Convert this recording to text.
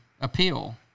appeal